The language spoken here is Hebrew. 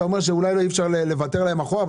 אתה אומר שאולי אי אפשר לוותר להם אחורה,